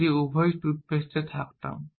যদি আমি উভয়ই টুথপেস্ট থাকতাম